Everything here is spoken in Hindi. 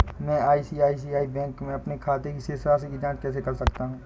मैं आई.सी.आई.सी.आई बैंक के अपने खाते की शेष राशि की जाँच कैसे कर सकता हूँ?